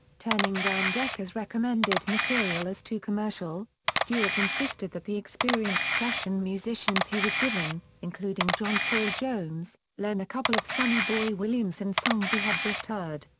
turning down decca's recommended material as too commercial, stewart insisted that the experienced session musicians he was given, including john paul jones, learn a couple of sonny boy williamson songs he had just heard.